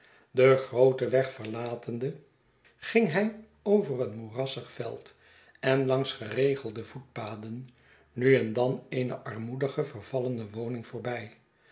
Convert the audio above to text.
den grooten weg verlatende ging hij over een moerassig veld en langs geregelde voetpaden nu en dan eene armoedige vervallene woning voorbij